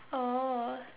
oh